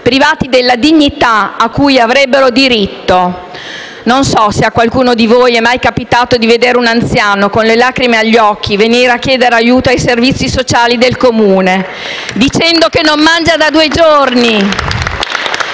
privati della dignità a cui avrebbero diritto. Non so se a qualcuno di voi è mai capitato di vedere un anziano con le lacrime agli occhi venire a chiedere aiuto ai servizi sociali del Comune dicendo che non mangia da due giorni